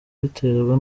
biterwa